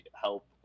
help